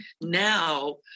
now